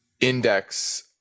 index